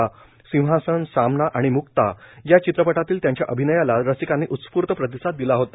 सिंहासन सामना आणि मुक्ता या चित्रपटांतील त्यांच्या अभिनयाला रसिकांनी उत्स्फूर्त प्रतिसाद दिला होता